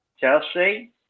Chelsea